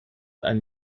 ein